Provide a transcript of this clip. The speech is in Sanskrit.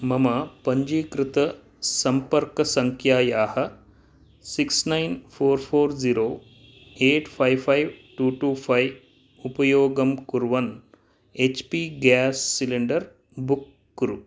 मम पञ्जीकृतसम्पर्कसङ्ख्यायाः six nine four four zero eight five five two two five उपयोगं कुर्वन् H P gas cylinder book कुरु